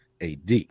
AD